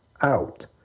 out